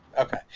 Okay